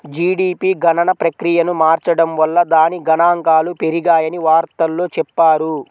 GDP గణన ప్రక్రియను మార్చడం వల్ల దాని గణాంకాలు పెరిగాయని వార్తల్లో చెప్పారు